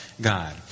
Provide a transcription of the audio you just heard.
God